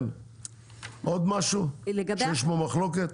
עוד משהו שיש בו מחלוקת?